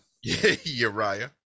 Uriah